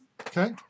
okay